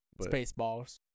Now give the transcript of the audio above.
Spaceballs